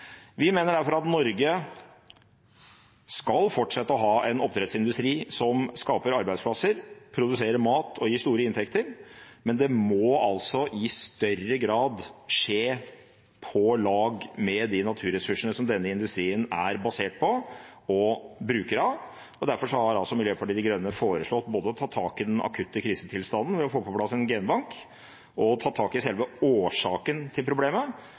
Vi mener derfor at Norge skal fortsette å ha en oppdrettsindustri som skaper arbeidsplasser, produserer mat og gir store inntekter, men det må i større grad skje på lag med de naturressursene som denne industrien er basert på og brukere av. Derfor har Miljøpartiet De Grønne foreslått både å ta tak i den akutte krisetilstanden ved å få på plass en genbank og å ta tak i selve årsaken til problemet,